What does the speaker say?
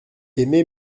aimé